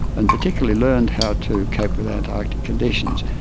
and particularly learned how to cope with antarctic conditions,